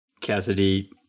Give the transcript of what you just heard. Cassidy